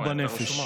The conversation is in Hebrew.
ובנפש.